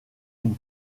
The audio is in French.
une